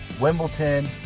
Wimbledon